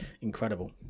incredible